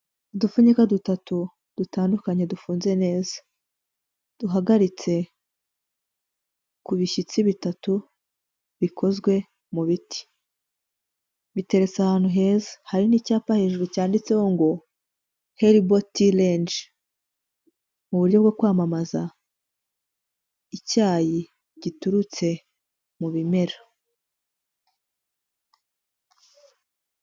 Udupfunyika dutatu dutandukanye dufunze neza, duhagaritse ku bishyitsi bitatu bikozwe mu biti, biteretse ahantu heza hari n'icyapa hejuru cyanditseho ngo "Herbal Tea Range", mu buryo bwo kwamamaza icyayi giturutse mu bimera.